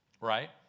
Right